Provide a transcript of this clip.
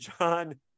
john